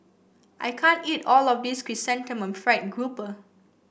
I can't eat all of this Chrysanthemum Fried Grouper